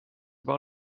juba